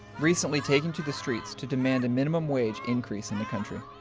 recently taking to the streets to demand a minimum wage increase in the country.